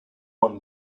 one